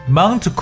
Mount